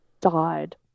died